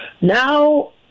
Now